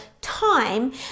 time